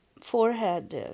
forehead